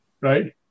right